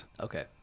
Okay